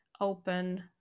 open